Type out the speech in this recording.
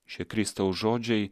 šie kristaus žodžiai